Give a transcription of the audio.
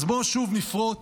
אז בואו שוב נפרוט